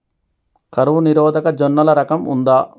కరువు నిరోధక జొన్నల రకం ఉందా?